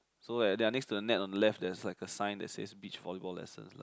so like they are next to the net on the left there's like a sign that says beach volleyball lessons lah